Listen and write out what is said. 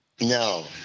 No